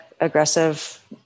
aggressive